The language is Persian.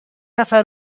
نفر